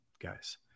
guys